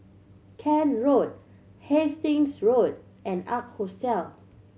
Kent Road Hastings Road and Ark Hostel